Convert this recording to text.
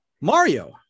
mario